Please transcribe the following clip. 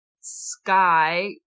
sky